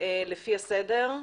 לפי הסדר,